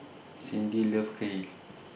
Cyndi loves Kheer